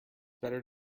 better